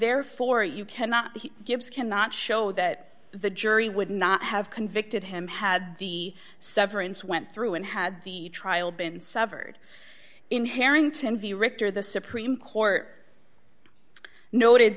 therefore you cannot he gives cannot show that the jury would not have convicted him had the severance went through and had the trial been severed in harrington v richter the supreme court noted